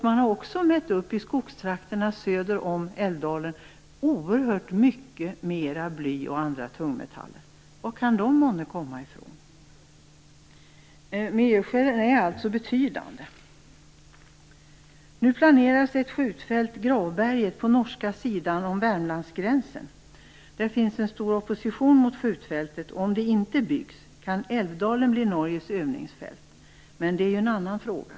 Man har också i skogstrakterna söder om Älvdalen mätt upp oerhört mycket mera bly och andra tungmetaller. Var kan de månne komma från? Miljöskälen mot detta är alltså betydande. Nu planeras ett skjutfält, Gravberget, på norska sidan om Värmlandsgränsen. Det finns en stor opposition mot skjutfältet, och om det inte byggs kan Älvdalen bli Norges övningsfält. Men det är ju en annan fråga.